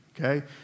okay